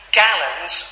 gallons